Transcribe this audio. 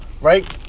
Right